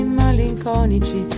malinconici